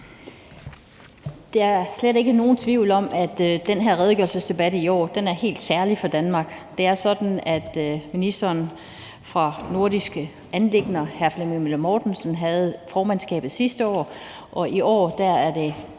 Det er slet ikke nogen tvivl om, at den her redegørelsesdebat i år er helt særlig for Danmark. Det er sådan, at ministeren for nordisk samarbejde, hr. Flemming Møller Mortensen, havde formandskabet sidste år, og i år er det